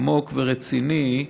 עמוק ורציני.